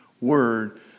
word